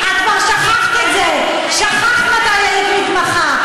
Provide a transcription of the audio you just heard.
את כבר שכחת את זה, שכחת מתי היית מתמחה.